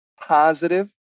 positive